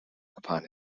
upon